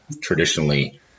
traditionally